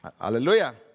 Hallelujah